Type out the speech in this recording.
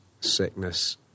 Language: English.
sickness